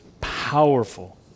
powerful